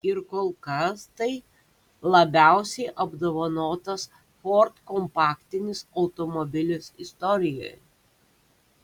ir kol kas tai labiausiai apdovanotas ford kompaktinis automobilis istorijoje